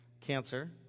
cancer